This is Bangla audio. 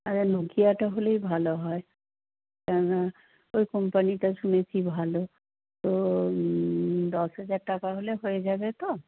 তাহলে নোকিয়াটা হলেই ভালো হয় কেন ওই কোম্পানিটা শুনেছি ভালো তো দশ হাজার টাকা হলে হয়ে যাবে তো